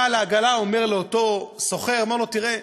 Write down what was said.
בעל העגלה אומר לאותו סוחר, אומר לו: תראה,